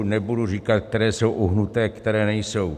Nebudu říkat, které jsou uhnuté, které nejsou.